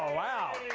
ah wow.